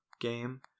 game